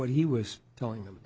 what he was telling them